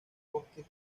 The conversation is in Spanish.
bosques